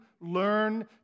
learn